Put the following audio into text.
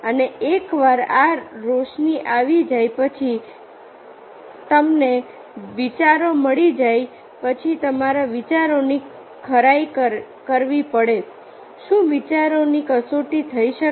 અને એકવાર આ રોશની આવી જાય પછી એક વાર તમને વિચારો મળી જાય પછી તમારે વિચારોની ખરાઈ કરવી પડે શું વિચારોની કસોટી થઈ શકે